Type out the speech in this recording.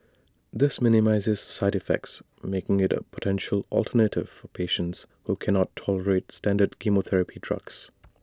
this minimises side effects making IT A potential alternative for patients who cannot tolerate standard chemotherapy drugs